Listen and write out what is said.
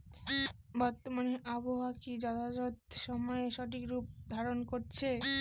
বর্তমানে আবহাওয়া কি যথাযথ সময়ে সঠিক রূপ ধারণ করছে?